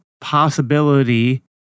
possibility